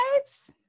guys